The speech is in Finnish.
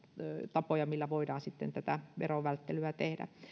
tapoja millä voidaan tätä verovälttelyä tehdä myöskin